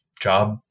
job